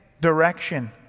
direction